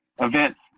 events